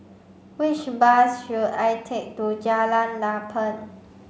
which bus should I take to Jalan Lapang